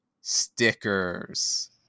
stickers